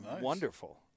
wonderful